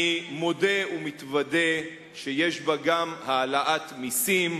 אני מודה ומתוודה שיש בה גם העלאת מסים.